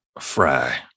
Fry